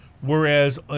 Whereas